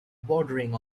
bordering